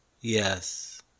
Yes